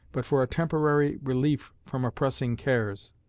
but for a temporary relief from oppressing cares.